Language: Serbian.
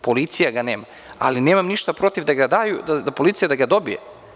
Policija ga nema, ali nemam ništa protiv da ga policija dobije.